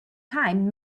time